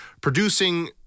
producing